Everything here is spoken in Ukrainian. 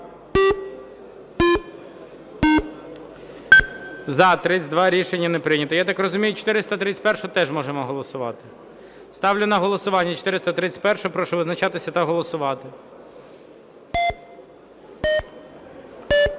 За-32 Рішення не прийнято. Я так розумію, 431-у теж можемо голосувати? Ставлю на голосування 431-у. Прошу визначатися та голосувати.